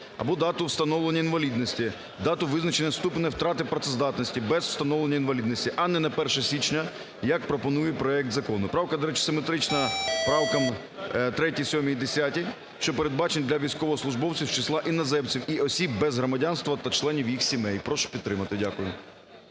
або дату встановлення інвалідності, дату визначення ступеню втрати працездатності без встановлення інвалідності, а не на 1 січня, як пропонує проект закону. Правка, до речі, симетрична правкам 3, 7 і 10, що передбачені для військовослужбовців з числа іноземців і осіб без громадянства та членів їх сімей. Прошу підтримати. Дякую.